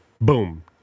Boom